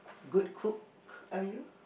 good cook are you